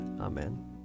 Amen